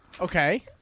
Okay